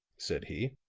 said he.